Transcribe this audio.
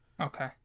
okay